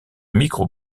micro